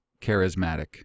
charismatic